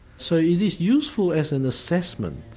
so it is useful as an assessment,